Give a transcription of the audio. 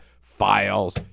files